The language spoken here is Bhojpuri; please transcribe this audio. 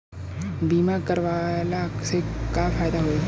बीमा करवला से का फायदा होयी?